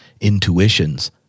intuitions